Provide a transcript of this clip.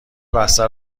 بسته